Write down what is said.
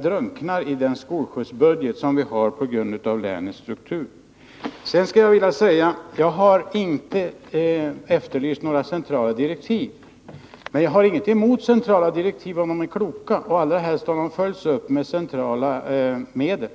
drunknar i den skolskjutsbudget som vi har på grund av länets struktur. 143 Sedan skulle jag vilja säga att jag inte efterlyst några centrala direktiv. Jag har ingenting emot centrala direktiv, om de är kloka och helst följs upp genom centrala medel.